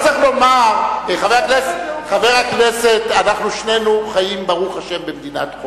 חבר הכנסת, שנינו חיים, ברוך השם, במדינת חוק.